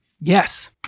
Yes